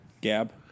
Gab